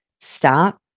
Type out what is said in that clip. stop